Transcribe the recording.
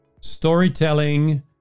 Storytelling